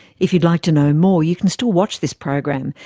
if you'd like to know more you can still watch this program,